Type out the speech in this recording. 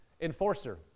enforcer